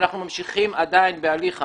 אנחנו ממשיכים עדיין בהליך המיון.